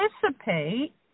participate